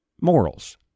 morals